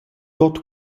tuot